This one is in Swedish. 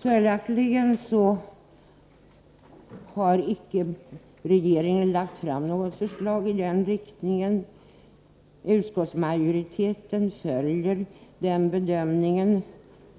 Följaktligen har regeringen inte lagt fram något förslag i denna riktning, och utskottsmajoriteten gör samma bedömning.